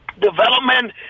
development